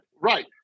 right